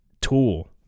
Tool